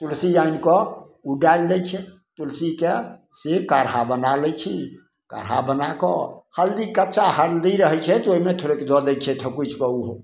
तुलसी आनिकऽ ओ डालि दै छिए तुलसीके से काढ़ा बना लै छी काढ़ा बनाकऽ हल्दी कच्चा हल्दी रहै छै तऽ ओहिमे थोड़ेक दऽ दै छिए थकुचि कऽ ओहो